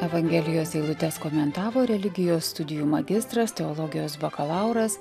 evangelijos eilutes komentavo religijos studijų magistras teologijos bakalauras